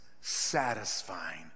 satisfying